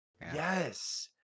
Yes